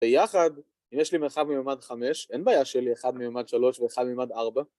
ביחד אם יש לי מרחב מימד חמש אין בעיה שאין לי אחד מימד שלוש ואחד מימד ארבע